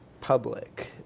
public